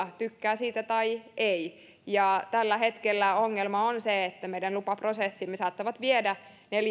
tykkää siitä tai ei tällä hetkellä ongelma on se että meidän lupaprosessimme saattavat viedä